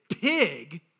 pig